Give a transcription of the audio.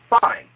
fine